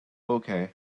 okay